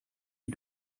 you